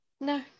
No